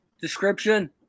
description